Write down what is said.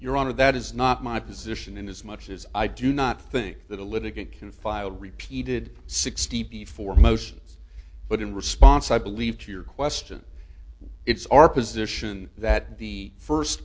your honor that is not my position and as much as i do not think that a litigant can file repeated sixty p for motions but in response i believe to your question it's our position that the first